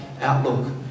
outlook